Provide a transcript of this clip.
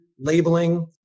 labeling